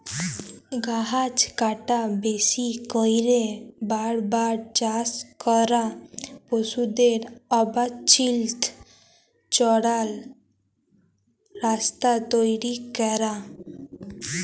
গাহাচ কাটা, বেশি ক্যইরে বার বার চাষ ক্যরা, পশুদের অবাল্ছিত চরাল, রাস্তা তৈরি ক্যরা